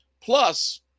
Plus